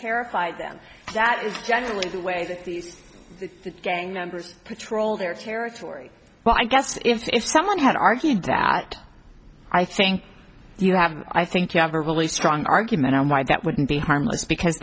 terrified them that is generally the way that these gang members patrolled their territory but i guess if someone had argued that i think you have i think you have a really strong argument why that wouldn't be harmless because